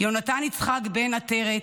יונתן יצחק בן עתרת,